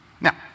Now